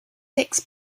six